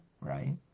right